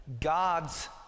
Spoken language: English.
God's